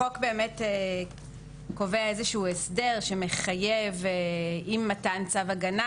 החוק קובע איזשהו הסדר שמחייב עם מתן צו הגנה,